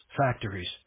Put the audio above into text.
factories